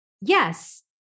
Yes